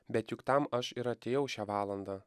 bet juk tam aš ir atėjau į šią valandą